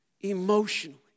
emotionally